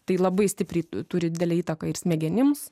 tai labai stipriai turi didelę įtaką ir smegenims